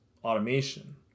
automation